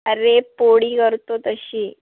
अरे पोळी करतो तशी